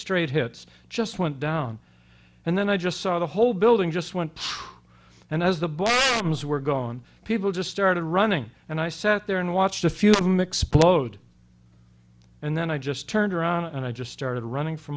straight hits just went down and then i just saw the whole building just went and as the book was were gone people just started running and i sat there and watched a few of them explode and then i just turned around and i just started running for